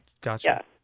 Gotcha